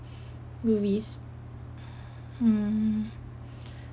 movies mm